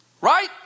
right